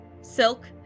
Silk